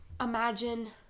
imagine